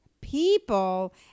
people